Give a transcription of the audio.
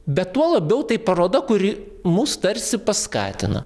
bet tuo labiau tai paroda kuri mus tarsi paskatina